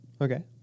Okay